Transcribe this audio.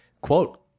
quote